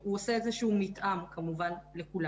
הוא עושה איזה שהוא מתאם כמובן לכולם,